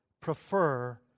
prefer